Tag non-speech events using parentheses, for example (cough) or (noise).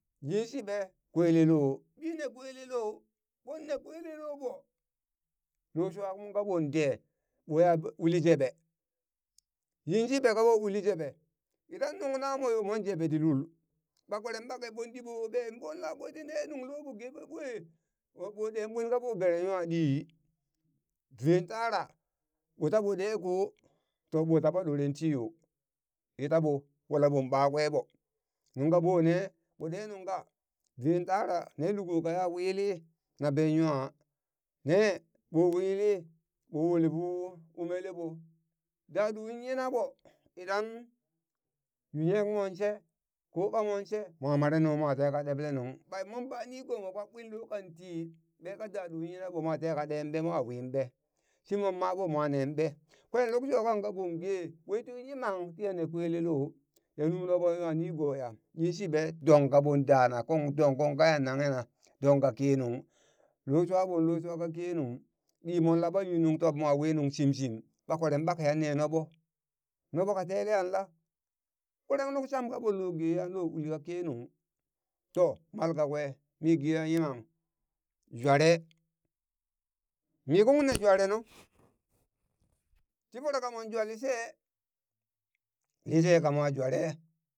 Yinshiɓe? kwelle lo ɓinne kwele lo ɓonne kwele lo ɓo lo shwakung kaɓon de ɓo yila uli jeɓe, yinshi ɓe kaɓo uli jeɓe? idan nuŋ namon yo mon jeɓe ti lul ɓa kweren ɓake ɓon ɓi ɓo woɓe ɓon laɓoe tine nung loɓo ge ɓwe ɓo ɓen ɓwin kaɓo beren nwa ɗi ven tara ɓo taɓo ɗe ko to ɓo taɓa ɗoren tiyo ye taɓo wula ɓon ɓakwe ɓo nungka ɓonne ɓo ɗe nungka ven tara ne luko kaya wili na ben nwa ne ɓo wili ɓo wole fu umele ɓo daɓun yina ɓo idan yu nyek mon she ko ɓamon she mo mare nung mote ka ɓeble nung ɓa inmon ba nigomo kpak ɓwin loka ti ɓeka daɗun yina ɓo mote ka ɗeenɓe mon win ɓe? shimon man ɓo mon neen ɓe? kwen luk sho kang kaɓon ge ɓweti yimang tiya ne kwele lo ya lub noɓon nwa nigoya yinshiɓe dong kaɓon danakung dong kung kayan nanghe na dong ka kenung lo shwa mo lo shwa ka kenung ɗi mon laɓa yu nung tob mo wi nung shimshim, ɓa kweren ɓake yan ne noɓo? noɓo ka teleyanla? kweren luk sham kaɓonlo geya lo uli ka kenung to mal kakwe mi geya yimang jware mikung ne jwere nu (noise) ti voro ka mon jwa lishe lishe ka mwa jware